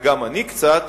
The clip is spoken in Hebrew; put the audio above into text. וגם אני קצת,